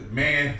man